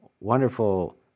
wonderful